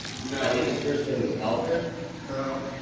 no his first name was alfred no